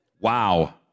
Wow